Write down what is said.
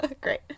great